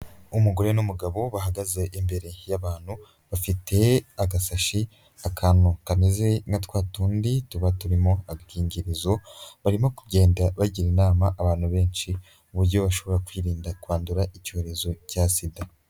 Umugore n'umugabo, bahagaze imbere y'abantu bafite agasashi, akantu kameze nka twa tundi tuba turimo agakingirizo, barimo kugenda bagira inama abantu benshi uburyo bashobora kwirinda kwandura icyorezo cya sida.